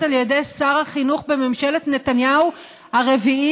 על ידי שר החינוך בממשלת נתניהו הרביעית?